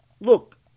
look